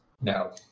No